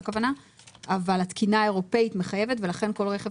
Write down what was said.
אבל התקינה האירופאית מחייבת ולכן כל רכב